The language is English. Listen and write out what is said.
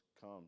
come